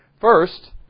First